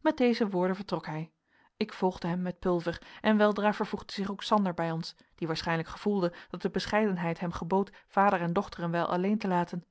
met deze woorden vertrok hij ik volgde hem met pulver en weldra vervoegde zich ook sander bij ons die waarschijnlijk gevoelde dat de bescheidenheid hem gebood vader en dochter een wijl alleen te laten